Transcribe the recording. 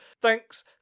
Thanks